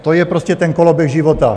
To je prostě ten koloběh života.